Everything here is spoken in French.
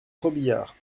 robiliard